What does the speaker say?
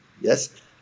yes